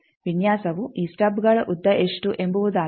ವಿನ್ಯಾಸವು ಈ ಸ್ಟಬ್ಗಳ ಉದ್ದ ಎಷ್ಟು ಎಂಬುವುದಾಗಿದೆ